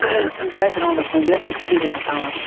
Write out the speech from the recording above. back grounds منٛز یا experiences ہاوان